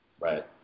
Right